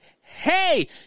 hey